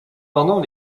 pendant